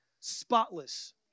spotless